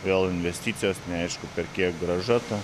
vėl investicijos neaišku per kiek grąža ta